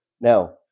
now